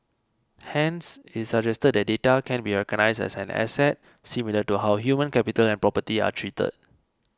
hence it suggested that data can be recognised as an asset similar to how human capital and property are treated